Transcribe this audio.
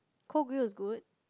cold brew is good